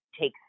takes